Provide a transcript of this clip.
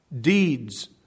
deeds